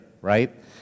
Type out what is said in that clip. right